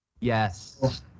Yes